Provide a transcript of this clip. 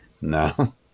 No